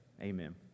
Amen